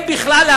אם בכלל,